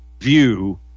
view